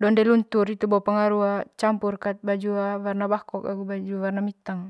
donde lunutr hitu bo campur kat baju warna bakok agu warna miteng.